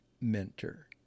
mentor